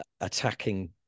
attacking